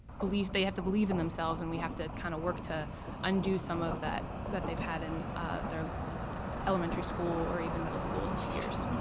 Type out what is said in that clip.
beliefs. they have to believe in themselves, and we have to kind of work to undo some of that that they've had in their elementary school or even middle school years.